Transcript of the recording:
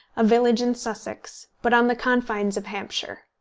a village in sussex, but on the confines of hampshire.